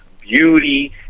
beauty